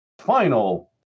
final